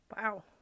Wow